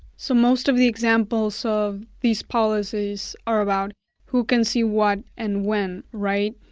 so most of the examples of these policies are about who can see what and when, right?